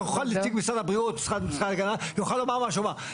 נציג משרד הבריאות יוכל לומר מה שהוא רוצה,